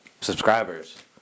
subscribers